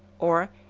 or,